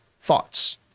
thoughts